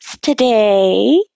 today